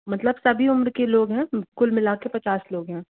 मतलब सभी उम्र के लोग हैं कुल मिला के पचास लोग हैं